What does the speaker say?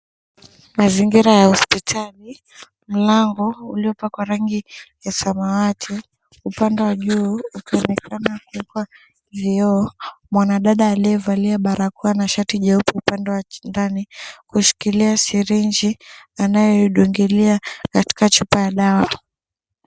Mazingira ya hospitali mlango uliopakwa rangi ya samawati juu ikionekana kuwekwa vioo mwana dada aliyevalia barakoa na shati nyeupe upande wa ndani ameshikilia syringi anayedungilia katika chupa ya dawa.